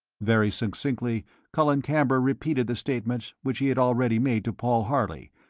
very succinctly colin camber repeated the statement which he had already made to paul harley,